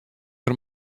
der